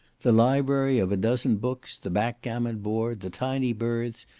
the library of a dozen books, the backgammon board, the tiny berths,